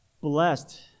Blessed